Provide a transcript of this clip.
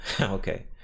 Okay